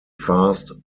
fast